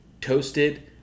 toasted